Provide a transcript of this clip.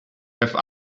have